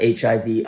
HIV